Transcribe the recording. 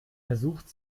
versucht